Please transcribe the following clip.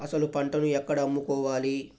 అసలు పంటను ఎక్కడ అమ్ముకోవాలి?